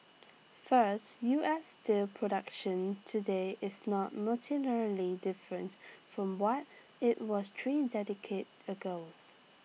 first U S steel production today is not materially different from what IT was three agos